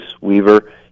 weaver